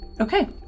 Okay